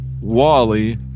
Wally